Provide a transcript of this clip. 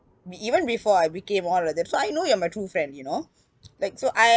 even before I became all of that so I know you are my true friend you know like so I